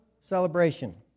celebration